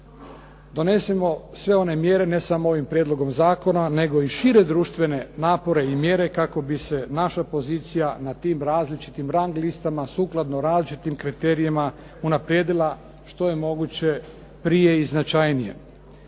donesemo sve one mjere, ne samo ovim prijedlogom zakona nego i šire društvene napore i mjere kako bi se naša pozicija na tim različitim rang listama, sukladno različitim kriterija, unaprijedila što je moguće prije i značajnije.